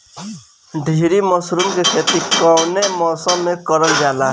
ढीघरी मशरूम के खेती कवने मौसम में करल जा?